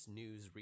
news